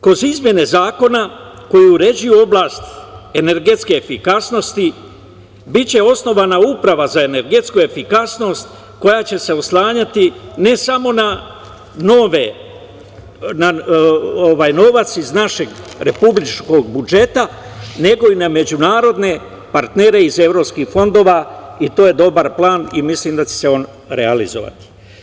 Kroz izmene zakona koje uređuju oblast energetske efikasnosti biće osnovana uprava za energetsku efikasnost koja će se oslanjati ne samo na novac iz našeg republičkog budžeta, nego i na međunarodne partnere iz evropskih fondova i to je dobar plan i mislim da će se on realizovati.